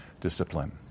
discipline